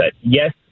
Yes